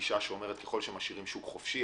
גישה שאומרת: ככל שמשאירים שוק חופשי,